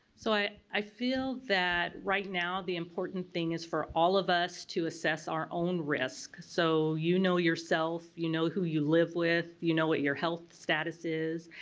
so i i feel that right now the important thing is for all of us to assess our own risk. so you know yourself, you know who you live with, you know what your health status is,